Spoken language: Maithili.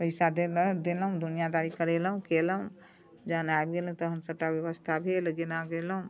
पइसा देलहुँ दुनिआदारी करेलहुँ केलहुँ जहन आबि गेल तऽ हमसबटा बेबस्था भेल जेना गेलहुँ